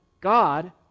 god